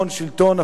הון שלטון,